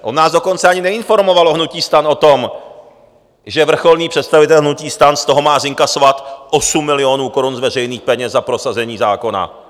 On nás dokonce ani neinformoval, hnutí STAN, o tom, že vrcholný představitel hnutí STAN z toho má zinkasovat 8 milionů korun z veřejných peněz za prosazení zákona.